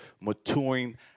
maturing